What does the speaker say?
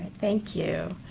thank you.